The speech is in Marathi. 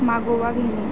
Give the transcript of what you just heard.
मागोवा घेणे